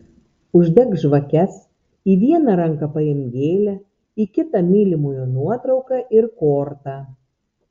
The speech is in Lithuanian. uždek žvakes į vieną ranką paimk gėlę į kitą mylimojo nuotrauką ir kortą